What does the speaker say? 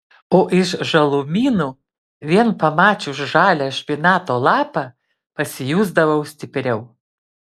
o iš žalumynų vien pamačius žalią špinato lapą pasijusdavau stipriau